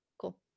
Cool